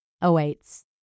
awaits